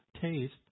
taste